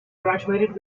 graduated